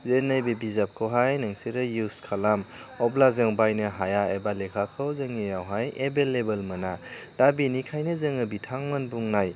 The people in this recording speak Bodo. जे नैबो बिजाबखौहाय नोंसोरो इउस खालाम अब्ला जों बायनो हाया एबा लेखाखौ जोंनियावहाय एबेलेबोल मोना दा बिनिखायनो जोङो बिथांमोन बुंनाय